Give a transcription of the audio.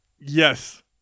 Yes